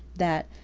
that,